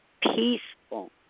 peaceful